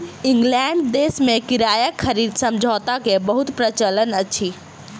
England देश में किराया खरीद समझौता के बहुत प्रचलन अछि